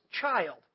child